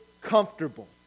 comfortable